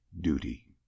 duty